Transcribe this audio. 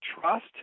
trust